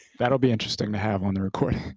that'll be interesting to have on a recording.